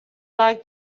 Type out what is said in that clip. like